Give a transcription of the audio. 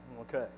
Okay